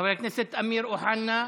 חבר הכנסת אמיר אוחנה,